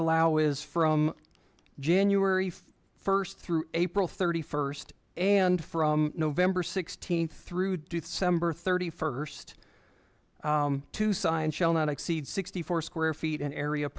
allow is from january first through april thirty first and from november sixteenth through do ths ember thirty first to sign shall not exceed sixty four square feet an area